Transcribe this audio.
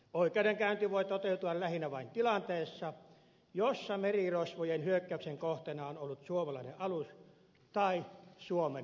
oikeudenkäynti voi toteutua lähinnä vain tilanteessa jossa merirosvojen hyökkäyksen kohteena on ollut suomalainen alus tai suomen kansalainen